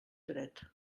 dret